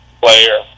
player